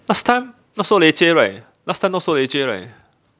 last time not so leceh right last time not so leceh right